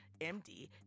MD